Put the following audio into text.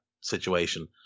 situation